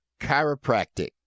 chiropractic